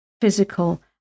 physical